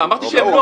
לא, אמרתי שהם לא.